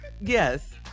Yes